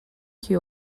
que